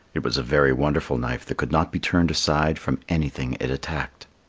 it was a very wonderful knife that could not be turned aside from anything it attacked.